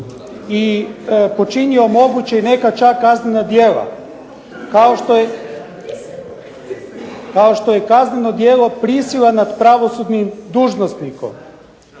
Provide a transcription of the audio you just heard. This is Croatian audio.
i počinio moguće i neka čak kaznena djela, kao što je kazneno djelo prisile nad pravosudnim dužnosnikom,